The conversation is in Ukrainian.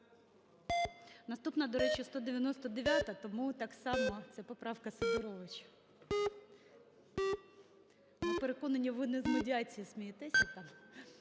Наступна, до речі, 199-а, тому так само це поправка Сидоровича. Ми переконані, ви не з медіації смієтесь.